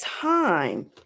time